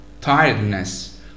tiredness